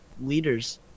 leaders